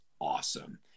awesome